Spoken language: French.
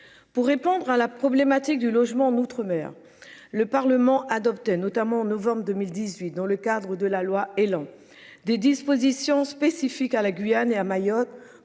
Pour répondre à la problématique du logement en outre-mer le Parlement adopte notamment en novembre 2018 dans le cadre de la loi Elan des dispositions spécifiques à la Guyane et à Mayotte